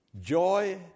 joy